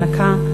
והנקה,